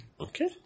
Okay